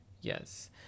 Yes